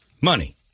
money